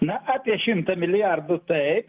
na apie šimtą milijardų taip